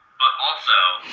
but also,